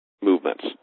movements